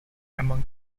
among